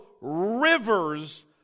rivers